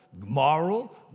moral